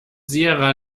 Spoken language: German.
sierra